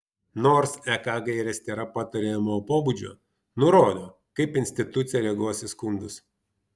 nors ek gairės tėra patariamojo pobūdžio nurodo kaip institucija reaguos į skundus